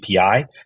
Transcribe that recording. API